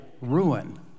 ruin